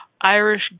Irish